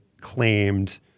claimed